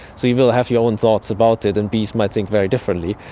so you will have your own thoughts about it, and bees might think very differently.